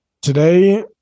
Today